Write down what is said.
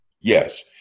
Yes